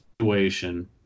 situation